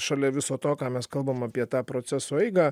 šalia viso to ką mes kalbam apie tą proceso eigą